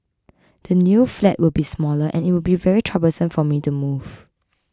the new flat will be smaller and it will be very troublesome for me to move